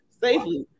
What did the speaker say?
safely